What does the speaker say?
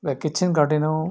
बे किटसेन गार्डेनाव